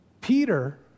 Peter